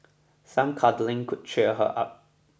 some cuddling could cheer her up